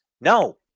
No